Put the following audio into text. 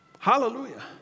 Hallelujah